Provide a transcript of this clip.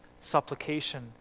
supplication